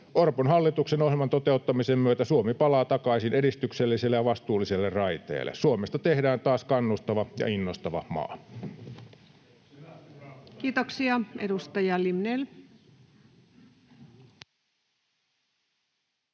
Orpon hallituksen ohjelman toteuttamisen myötä Suomi palaa takaisin edistykselliselle ja vastuulliselle raiteelle. Suomesta tehdään taas kannustava ja innostava maa. [Speech 166] Speaker: